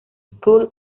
school